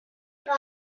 doch